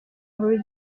muri